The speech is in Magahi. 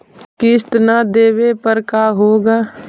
किस्त न देबे पर का होगा?